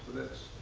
that's.